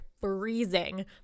freezing